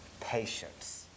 patience